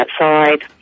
outside